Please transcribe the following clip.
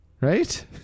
right